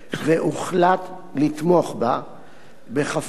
והוחלט לתמוך בה בכפוף